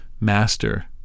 master